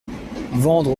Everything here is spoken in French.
vendre